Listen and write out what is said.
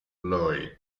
lloyd